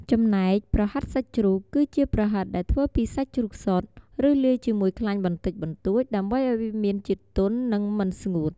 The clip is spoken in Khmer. ចំណែក ប្រហិតសាច់ជ្រូក គឺជាប្រហិតដែលធ្វើពីសាច់ជ្រូកសុទ្ធ ឬលាយជាមួយខ្លាញ់បន្តិចបន្តួច ដើម្បីឱ្យវាមានជាតិទន់ និងមិនស្ងួត។